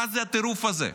מה זה הטירוף הזה?